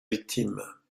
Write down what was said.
victime